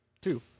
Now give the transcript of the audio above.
Two